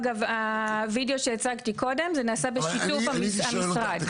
אגב הווידאו שהצגתי קודם זה נעשה בשיתוף המשרד,